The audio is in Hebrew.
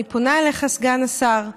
אני פונה אליך, סגן השר,